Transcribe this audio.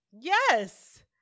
Yes